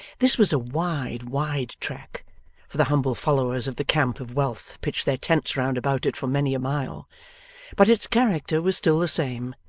this was a wide, wide track for the humble followers of the camp of wealth pitch their tents round about it for many a mile but its character was still the same.